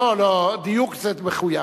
לא לא, דיוק זה מחויב.